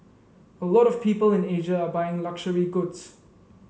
a lot of people in Asia are buying luxury goods